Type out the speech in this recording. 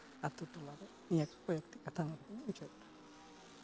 ᱟᱹᱛᱩ ᱴᱚᱞᱟ ᱨᱮ ᱱᱤᱭᱟᱹ ᱠᱚ ᱠᱚᱭᱮᱠᱴᱤ ᱠᱟᱛᱷᱟ ᱢᱮᱱ ᱠᱟᱛᱮ ᱜᱤᱧ ᱢᱩᱪᱟᱹᱫ ᱮᱫᱟ